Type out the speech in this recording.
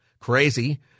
crazy